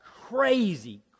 crazy